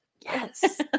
Yes